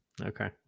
Okay